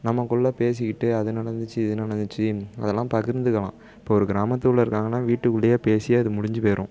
நமக்குள்ள பேசிக்கிட்டு அது நடந்துச்சு இது நடந்துச்சு அதெல்லாம் பகிர்ந்துக்கலாம் இப்போ ஒரு கிராமத்துக்குள்ள இருக்காங்கன்னா வீட்டுக்குள்ளையே பேசி அது முடிஞ்சுப் போயிரும்